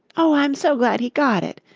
oh, i'm so glad he got it,